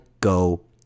go